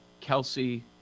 Kelsey